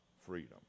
freedom